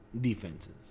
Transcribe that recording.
defenses